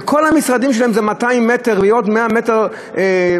כשכל המשרדים שלהם זה 200 מ"ר ועוד 100 מ"ר מחסנים,